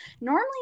normally